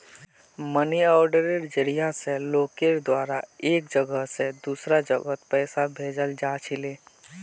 money आर्डरेर जरिया स लोगेर द्वारा एक जगह स दूसरा जगहत पैसा भेजाल जा छिले